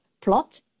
plot